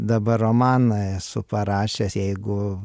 dabar romaną esu parašęs jeigu